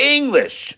English